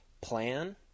plan